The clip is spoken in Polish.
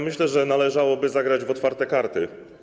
Myślę, że należałoby zagrać w otwarte karty.